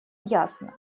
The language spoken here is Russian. ясно